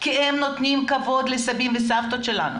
כי הם נותנים כבוד לסבים ולסבתות שלנו